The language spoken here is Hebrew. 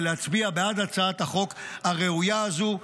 ולהצביע בעד הצעת החוק הראויה הזאת,